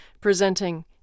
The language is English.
presenting